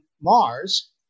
Mars